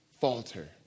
falter